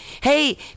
Hey